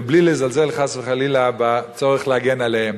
ובלי לזלזל חס וחלילה בצורך להגן עליהם.